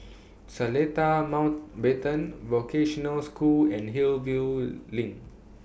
Seletar Mountbatten Vocational School and Hillview LINK